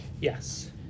Yes